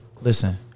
listen